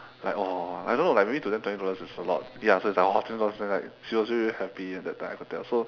like !wah! I don't know like maybe to them twenty dollars is a lot ya so it's like !wah! twenty dollars then like she really very happy at that time I could tell so